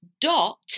Dot